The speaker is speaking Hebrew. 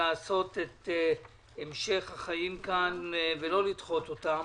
את המשך החיים כאן ולא לדחות אותם.